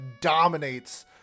dominates